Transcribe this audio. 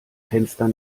fenster